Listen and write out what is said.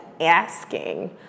asking